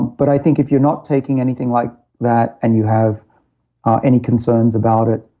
but i think if you're not taking anything like that and you have any concerns about it,